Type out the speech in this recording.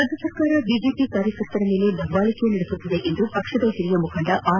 ರಾಜ್ಯ ಸರ್ಕಾರ ಬಿಜೆಪಿ ಕಾರ್ಯಕರ್ತರ ಮೇಲೆ ದಬ್ಬಾಳಿಕೆ ನಡೆಸುತ್ತಿದೆ ಎಂದು ಪಕ್ಷದ ಹಿರಿಯ ಮುಖಂಡೆ ಆರ್